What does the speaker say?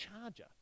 charger